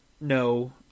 no